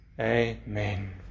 Amen